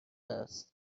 است